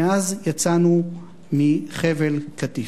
מאז יצאנו מחבל קטיף.